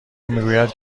میگوید